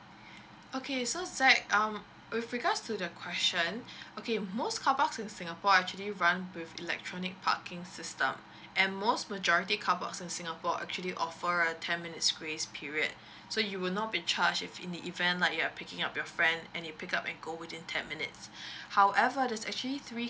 okay so zack um with regards to the question okay most carparks in singapore actually run with the electronic parking system and most majority car blocks in singapore actually offer a ten minutes grace period so you will not be charge if in the event like you're picking up your friend and you pick up and go within ten minutes however there is actually three